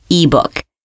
ebook